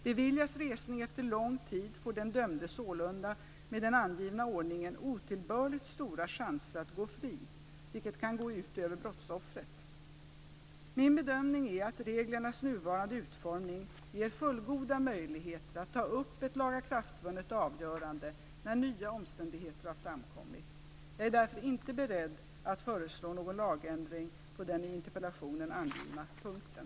Beviljas resning efter lång tid får den dömde sålunda med den angivna ordningen otillbörligt stora chanser att gå fri, vilket kan gå ut över brottsoffret. Min bedömning är att reglernas nuvarande utformning ger fullgoda möjligheter att ta upp ett lagakraftvunnet avgörande när nya omständigheter har framkommit. Jag är därför inte beredd att föreslå någon lagändring på den i interpellationen angivna punkten.